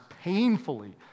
painfully